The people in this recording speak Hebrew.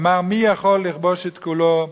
ואמר, מי יכול לכבוש את כולו?